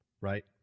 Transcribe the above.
right